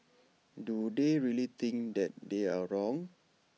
do they really think that they are wrong